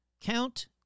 count